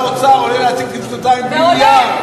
שר האוצר עולה להציג תקציב לשנתיים בלי נייר.